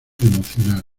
emocional